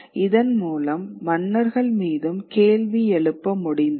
இதன் மூலம் மன்னர்கள் மீதும் கேள்வி எழுப்ப முடிந்தது